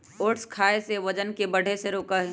oats खाई से वजन के बढ़े से रोका हई